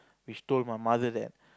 which told my mother that